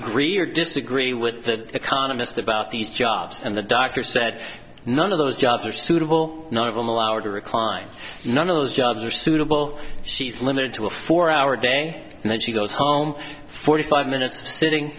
agree or disagree with the economist about these jobs and the doctor said none of those jobs are suitable none of them allowed to recline none of those jobs are suitable she's limited to a four hour day and then she goes home forty five minutes sitting